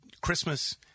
Christmas